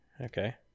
Okay